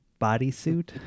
bodysuit